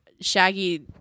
Shaggy